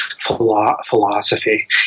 philosophy